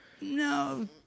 No